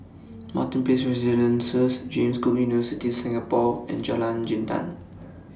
Martin Place Residences James Cook University Singapore and Jalan Jintan